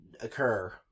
occur